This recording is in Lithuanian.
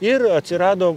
ir atsirado